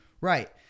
Right